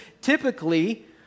typically